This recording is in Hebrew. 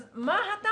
אז מה הטעם?